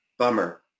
Bummer